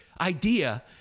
idea